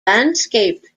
landscaped